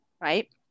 right